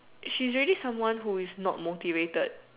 she's really someone who is not motivated